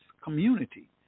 community